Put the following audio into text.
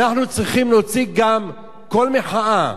אנחנו צריכים להוציא גם קול מחאה